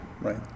right